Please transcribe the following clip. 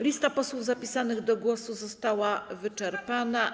Lista posłów zapisanych do głosu została wyczerpana.